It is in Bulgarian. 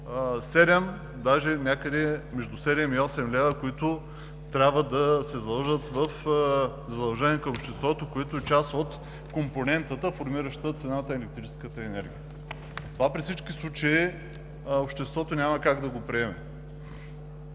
са някъде между седем и осем лева, които трябва да се сложат в задължения към обществото, което е част от компонентата, формираща цената на електрическата енергия. При всички случаи обществото няма как да приеме